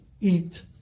eat